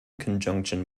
conjunction